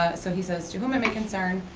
so he says, to whom it may concern.